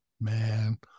man